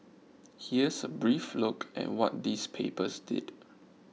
here's a brief look at what these papers did